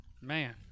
man